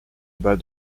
bas